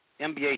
MBA